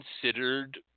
considered